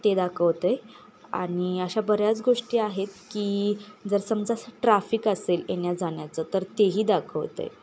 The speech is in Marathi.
ते दाखवतं आहे आणि अशा बऱ्याच गोष्टी आहेत की जर समजा असं ट्राफिक असेल येण्या जाण्याचं तर तेही दाखवतं आहे